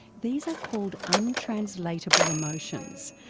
these are called untranslatable emotions,